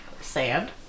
sand